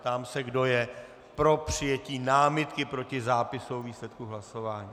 Ptám se, kdo je pro přijetí námitky proti zápisu o výsledku hlasování.